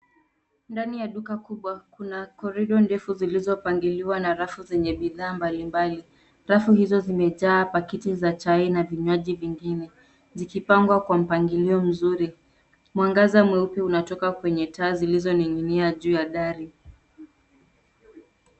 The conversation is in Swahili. Ndani ya duka kubwa. Kuna korido ndefu zilizopangiliwa na rafu zenye bidhaa mbalimbali. Rafu hizo zimejaa pakiti za chai na vinywaji vyengine zikipangwa kwa mpangilio mzuri. Mwangazi mweupe unatoka kwenye taa zilizoning'inia juu ya dari.